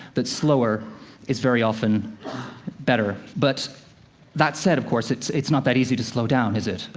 that slower is very often better. but that said, of course, it's it's not that easy to slow down, is it?